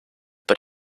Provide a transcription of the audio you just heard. but